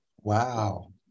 Wow